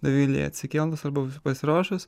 dovilei atsikėlus arba pasiruošus